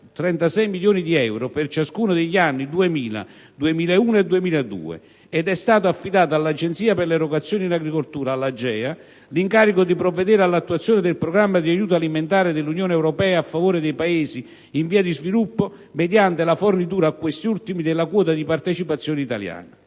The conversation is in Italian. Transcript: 36,2 milioni di euro per ciascuno degli anni 2000, 2001 e 2002 ed è stato affidato all'Agenzia per le erogazioni in agricoltura (AGEA) l'incarico di provvedere all'attuazione del programma di aiuto alimentare dell'Unione europea a favore dei Paesi in via di sviluppo mediante la fornitura a questi ultimi della quota di partecipazione italiana.